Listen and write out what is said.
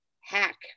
hack